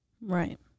right